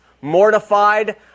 mortified